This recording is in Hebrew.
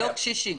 לא קשישים.